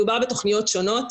מדובר בתכניות שונות,